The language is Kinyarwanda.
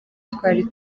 twari